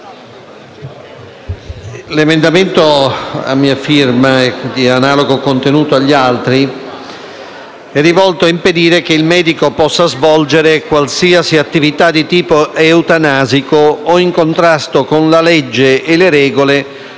l'emendamento 1.1028 a mia firma, di analogo contenuto degli altri, è volto ad impedire che il medico possa svolgere qualsiasi attività di tipo eutanasico o in contrasto con la legge e con le regole